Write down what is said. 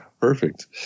perfect